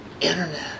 Internet